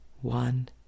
one